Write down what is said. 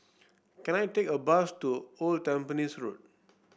can I take a bus to Old Tampines Road